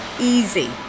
easy